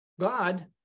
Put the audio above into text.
God